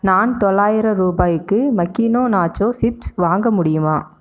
நான் தொள்ளாயிரம் ரூபாய்க்கு மக்கீனோ நாச்சோ சிப்ஸ் வாங்க முடியுமா